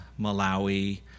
Malawi